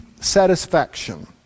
satisfaction